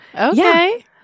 Okay